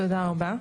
תודה רבה.